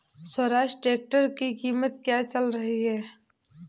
Swaraj tractor की कीमत क्या चल रही है?